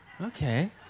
Okay